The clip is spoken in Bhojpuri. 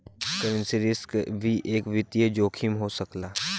करेंसी रिस्क भी एक वित्तीय जोखिम हो सकला